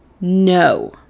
no